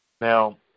Now